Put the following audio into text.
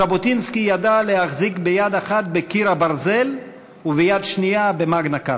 ז'בוטינסקי ידע להחזיק ביד אחת בקיר הברזל וביד שנייה במגנה-כרטה.